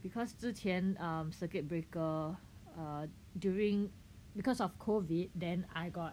because 之前 err circuit breaker err during because of COVID then I got